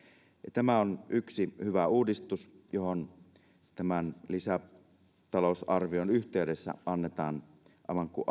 tämä on yksi hyvä uudistus johon tämän lisätalousarvion yhteydessä annetaan aivan kuin